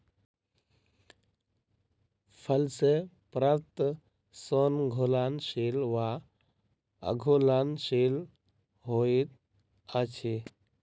फल सॅ प्राप्त सोन घुलनशील वा अघुलनशील होइत अछि